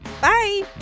Bye